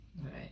Right